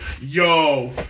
Yo